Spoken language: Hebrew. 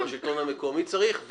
שהשלטון המקומי צריך,